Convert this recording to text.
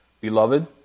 Beloved